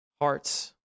hearts